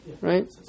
right